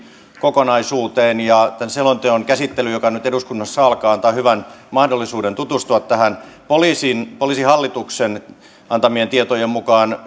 kokonaisuuteen ja tämän selonteon käsittely joka nyt eduskunnassa alkaa antaa hyvän mahdollisuuden tutustua tähän poliisihallituksen antamien tietojen mukaan